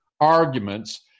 arguments